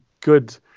good